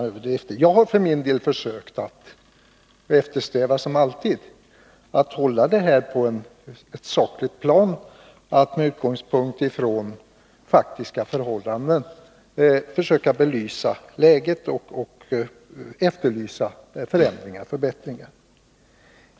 För min del har jag, som alltid, eftersträvat att hålla debatten på ett sakligt plan och med utgångspunkt i faktiska förhållanden försökt att belysa läget och framhålla behovet av förbättringar.